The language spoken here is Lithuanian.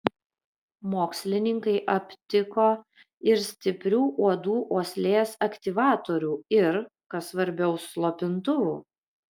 mokslininkai aptiko ir stiprių uodų uoslės aktyvatorių ir kas svarbiau slopintuvų